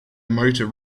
motor